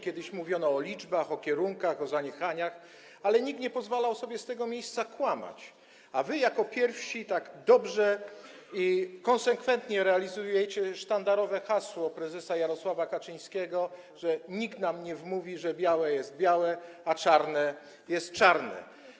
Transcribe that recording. Kiedyś mówiono o liczbach, o kierunkach, o zaniechaniach, ale nikt nie pozwalał sobie z tego miejsca kłamać, a wy jako pierwsi tak dobrze i konsekwentnie realizujecie sztandarowe hasło prezesa Jarosława Kaczyńskiego: Nikt nam nie wmówi, że białe jest białe, a czarne jest czarne.